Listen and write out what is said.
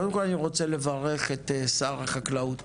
קודם כל אני רוצה לברך את שר החקלאות